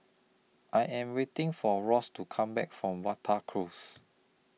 I Am waiting For Ross to Come Back from Wata Close